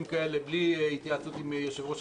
כאלה בלי התייעצות עם יושב-ראש הכנסת.